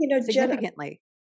significantly